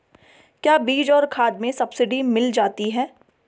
क्या बीज और खाद में सब्सिडी मिल जाती है?